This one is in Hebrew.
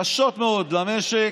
קשות מאוד למשק,